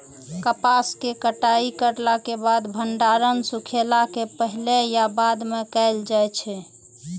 कपास के कटाई करला के बाद भंडारण सुखेला के पहले या बाद में कायल जाय छै?